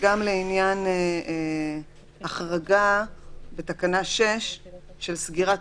גם לעניין ההחרגה בתקנה 6 בנוגע לסגירת